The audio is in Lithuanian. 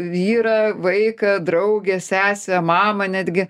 vyrą vaiką draugę sesę mamą netgi